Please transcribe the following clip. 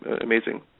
amazing